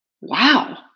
Wow